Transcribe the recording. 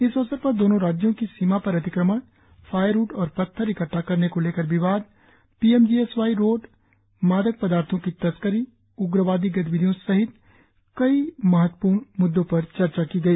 इस अवसर पर दोनों राज्यों की सीमा पर अतिक्रमण फायरव्ड और पत्थर इकट्टा करने को लेकर विवाद P M G S Y road मादक पदार्थों की तस्करी उग्रवादी गतिविधियों सहित कई महत्वपूर्ण म्द्दों पर चर्चा की गई